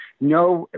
no